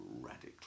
radically